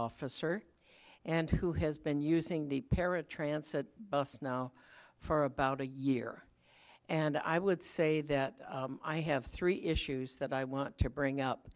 officer and who has been using the parrot trance a bus now for about a year and i would say that i have three issues that i want to bring up